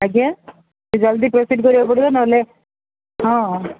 ଆଜ୍ଞା ଟିକେ ଜଲଦି ପ୍ରୋସିଡ଼୍ କରିବାକୁ ପଡ଼ିବ ନହେଲେ ହଁ